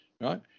right